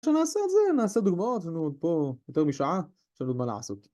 עכשיו נעשה את זה, נעשה דוגמאות, יש לנו עוד פה יותר משעה, יש לנו עוד מה לעשות